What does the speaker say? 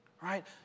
right